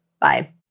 Bye